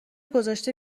گذاشته